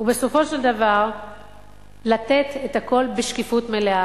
ובסופו של דבר לתת את הכול בשקיפות מלאה.